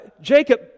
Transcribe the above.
Jacob